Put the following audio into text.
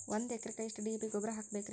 ಒಂದು ಎಕರೆಕ್ಕ ಎಷ್ಟ ಡಿ.ಎ.ಪಿ ಗೊಬ್ಬರ ಹಾಕಬೇಕ್ರಿ?